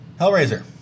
Hellraiser